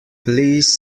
please